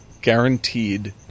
guaranteed